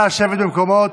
נא לשבת במקומות.